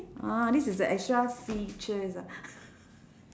ah this is the extra features ah